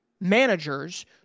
managers